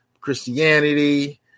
Christianity